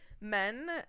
men